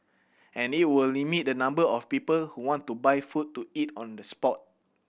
and it will limit the number of people who want to buy food to eat on the spot